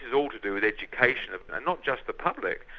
is all to do with education. and not just the public.